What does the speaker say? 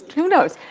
who knows?